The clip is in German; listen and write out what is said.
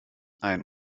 ein